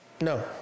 no